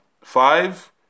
Five